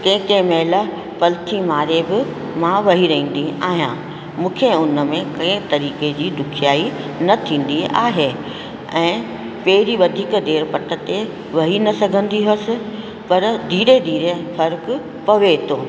केर केर महिला पलथी मारे बि मां वेही रहंदी आहियां मूंखे उनमें के तरीके़ जी ॾुखयाई न थींदी आहे ऐं पहिरीं वधीक देरि पट ते वही न सघंदी हुअसि पर धीरे धीरे फ़र्कु पवे थो